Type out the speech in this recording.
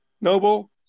Noble